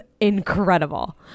incredible